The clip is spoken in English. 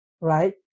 right